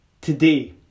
today